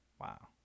Wow